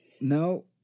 No